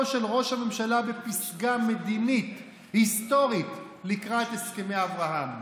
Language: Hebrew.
של ראש ההמשלה בפסגה מדינית היסטורית לקראת הסכמי אברהם.